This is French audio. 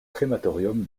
crématorium